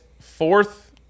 fourth